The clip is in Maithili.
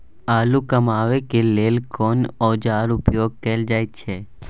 आलू कमाबै के लेल कोन औाजार उपयोग कैल जाय छै?